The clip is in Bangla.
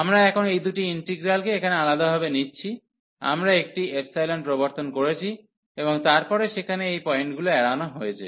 আমরা এখন এই দুটি ইন্টিগ্রালকে এখানে আলাদাভাবে নিচ্ছি আমরা একটি প্রবর্তন করেছি এবং তারপরে সেখানে এই পয়েন্টগুলি এড়ানো হয়েছে